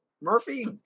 Murphy